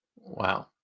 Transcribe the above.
Wow